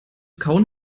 kauen